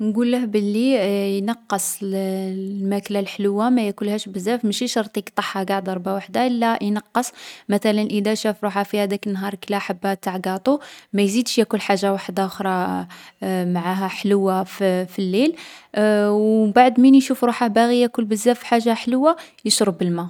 نقوله بلي ينقّص الـ الماكلة الحلوة ما ياكلهاش بزاف مشي شرط يقطعها قاع ضربة وحدة، لا، ينقّص. مثلا إذا شاف روحه في هاذاك النهار كلا حبة تاع قاطو، ما يزيدش ياكل حاجة وحداخرا معاها حلوة فـ في الليل. و مبعد من يشوف روحه باغي ياكل بزاف حاجة حلوة، يشرب الما.